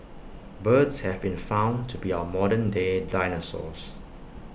birds have been found to be our modern day dinosaurs